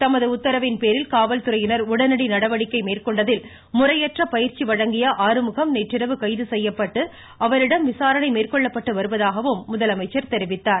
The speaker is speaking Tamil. தமது உத்தரவின்பேரில் காவல்துறையினர் மேற்கொண்டதில் முறையற்ற பயிற்சி வழங்கிய ஆறுமுகம் நேற்றிரவு கைது செய்யப்பட்டு அவரிடம் விசாரணை மேற்கொள்ளப்பட்டு வருவதாகவும் முதலமைச்சர் தெரிவித்தார்